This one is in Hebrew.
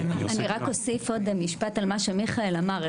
אני רק אוסיף עוד משפט על מה שמיכאל אמר.